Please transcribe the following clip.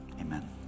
amen